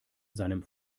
seinem